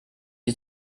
die